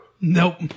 Nope